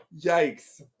Yikes